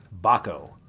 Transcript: Baco